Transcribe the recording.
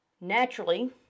naturally